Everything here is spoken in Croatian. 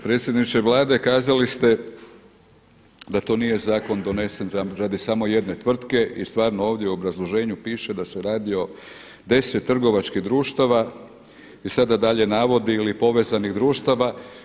Predsjedniče Vlade kazali ste da to nije zakon donesen radi samo jedne tvrtke i stvarno ovdje u obrazloženju piše da se radi o 10 trgovačkih društava i sada dalje navodi ili povezanih društava.